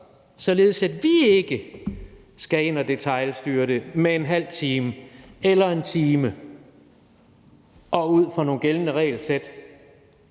således at vi ikke skal ind at detailstyre det med ½ time eller 1 time og ud fra nogle gældende regelsæt,